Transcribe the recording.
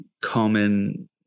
common